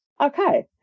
Okay